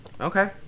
Okay